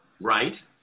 right